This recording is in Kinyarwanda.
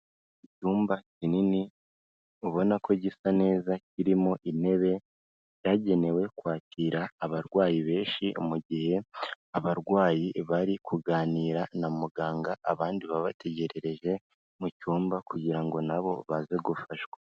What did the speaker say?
Icyumba kinini ubona ko gisa neza kirimo intebe zagenewe kwakira abarwayi benshi, mu gihe abarwayi bari kuganira na muganga, abandi baba bategererereje mu cyumba kugira ngo na bo baze gufashwa.